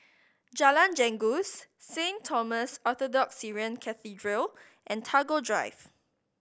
Jalan Janggus Saint Thomas Orthodox Syrian Cathedral and Tagore Drive